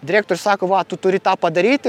direktorius sako va tu turi tą padaryti